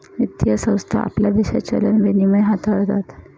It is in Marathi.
वित्तीय संस्था आपल्या देशात चलन विनिमय हाताळतात